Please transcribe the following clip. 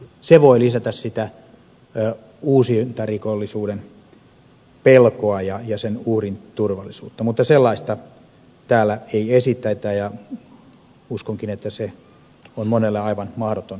se voi lisätä sitä uusintarikollisuuden pelkoa ja sen uhrin turvallisuutta mutta sellaista täällä ei esitetä ja uskonkin että se on monelle aivan mahdoton ajatus